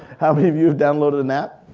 how many of you have downloaded an app?